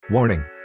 Warning